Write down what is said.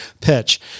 pitch